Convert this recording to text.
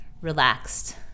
relaxed